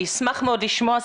אני אשמח מאוד לשמוע,